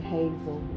Hazel